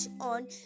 on